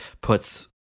puts